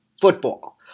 football